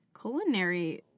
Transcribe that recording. culinary